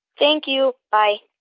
thank you. bye